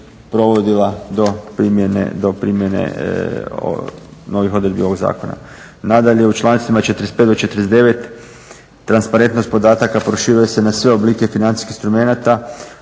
provodila do primjene novih odredbi ovog zakona. Nadalje, u člancima 45. do 49. transparentnost podataka proširuje se na sve oblike financijskih instrumenata,